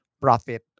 profit